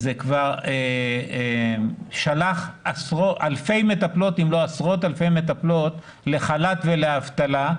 זה כבר שלח אלפי מטפלות אם לא עשרות אלפי מטפלות לחל"ת ואבטלה,